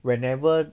whenever